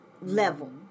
level